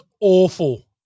awful